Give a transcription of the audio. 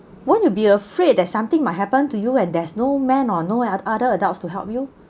will you be afraid that something might happen to you and there's no man or know oth~ other adults to help you